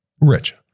rich